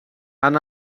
han